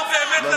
אתה נכשלת,